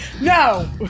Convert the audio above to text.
No